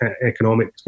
economic